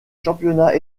championnats